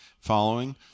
following